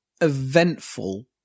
eventful